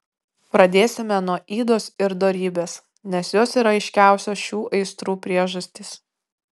pradėsime nuo ydos ir dorybės nes jos yra aiškiausios šių aistrų priežastys